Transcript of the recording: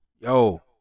Yo